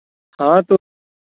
हाँ तो